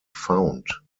found